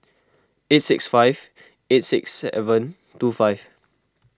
eight six five eight six seven two five